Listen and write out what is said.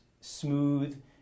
smooth